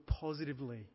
positively